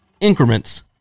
increments